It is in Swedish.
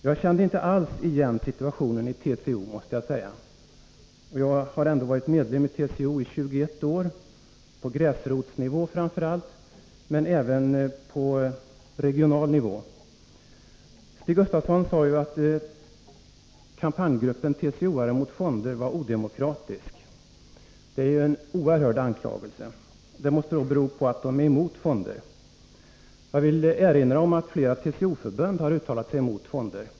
Jag kände inte alls igen situationen i TCO. Jag har ändå varit medlem i TCO i 21 år, framför allt på gräsrotsnivå men även på regional nivå. Stig Gustafsson sade att kampanjgruppen TCO-are mot fonder var odemokratisk. Det är en oerhörd anklagelse, som måste bygga på att de är emot fonder. Jag vill erinra om att flera TCO-förbund har uttalat sig mot fonder.